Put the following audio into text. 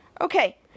Okay